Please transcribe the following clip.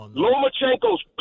lomachenko's